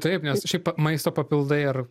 taip nes šiaip maisto papildai ar